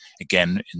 again